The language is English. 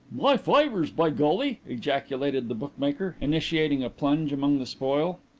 my fivers, by golly! ejaculated the bookmaker, initiating a plunge among the spoil.